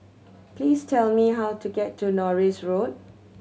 please tell me how to get to Norris Road